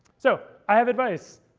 so i have advice,